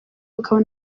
akaba